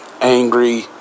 angry